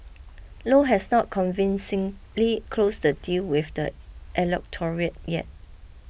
low has not convincingly closed the deal with the electorate yet